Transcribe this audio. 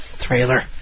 trailer